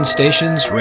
Stations